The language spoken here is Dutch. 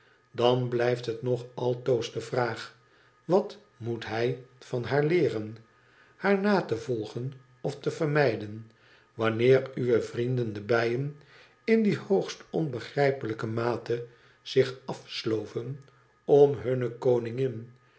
dan blijft het nog altoos de vraag wat moet hij van haar leeren i haar na te volgen ofte vermijden wanneer uwe vrienden de bijen in die hoogst onbegrijpelijke mate zich afsloven om hunne koningin